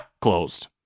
closed